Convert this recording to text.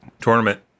Tournament